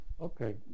Okay